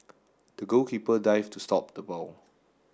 the goalkeeper dived to stop the ball